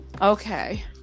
Okay